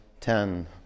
ten